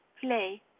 play